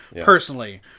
personally